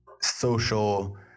social